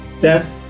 death